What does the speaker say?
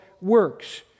works